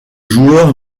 joueur